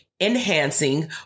enhancing